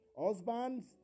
Husbands